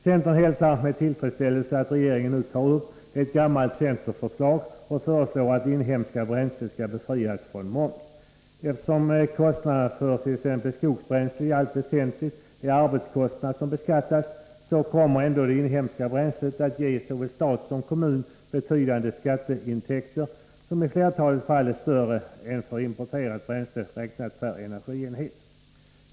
Centern hälsar med tillfredsställelse att regeringen nu tar upp ett gammalt centerförslag och föreslår att inhemska bränslen befrias från moms. Eftersom kostnaden för t.ex. skogsbränsle i allt väsentligt är arbetskostnad, som beskattas, så kommer ändå inhemska bränslen att ge såväl stat som kommuner betydande skatteintäkter, som i flertalet fall är större än för importerat bränsle, räknat per energienhet.